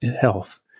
health